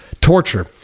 torture